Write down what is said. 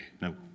no